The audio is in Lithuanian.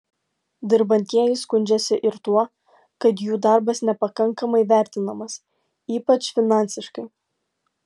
dirbantieji skundžiasi ir tuo kad jų darbas nepakankamai vertinamas ypač finansiškai